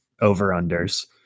over-unders